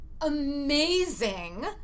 amazing